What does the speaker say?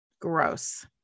Gross